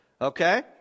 okay